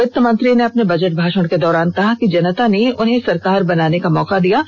वित्त मंत्री ने अपने बजट भाषण के दौरान कहा कि जनता ने उन्हें सरकार बनाने का मौका दिया है